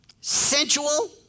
sensual